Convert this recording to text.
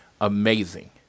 amazing